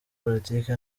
politiki